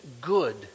good